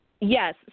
Yes